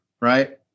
right